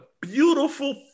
beautiful